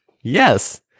yes